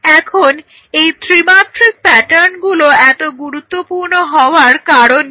এখন এই ত্রিমাত্রিক প্যাটার্নগুলো এত গুরুত্বপূর্ণ হওয়ার কারণ কি